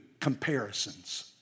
comparisons